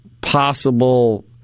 possible